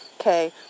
Okay